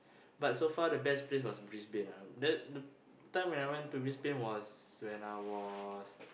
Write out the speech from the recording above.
but so far the best place was Brisbane ah that the time I went to Brisbane was when I was